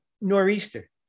nor'easter